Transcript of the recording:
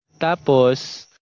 Tapos